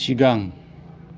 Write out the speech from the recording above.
सिगां